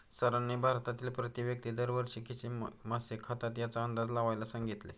सरांनी भारतातील प्रति व्यक्ती दर वर्षी किती मासे खातात याचा अंदाज लावायला सांगितले?